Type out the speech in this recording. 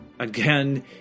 Again